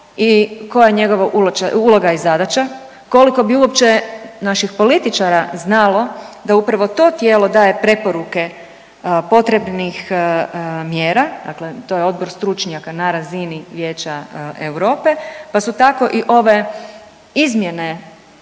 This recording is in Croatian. i koja je njegova uloga i zadaća, koliko bi uopće naših političara znalo da upravo to tijelo daje preporuke potrebnih mjera dakle, to je odbor stručnjaka na razini Vijeća Europe, pa su tako i ove izmjene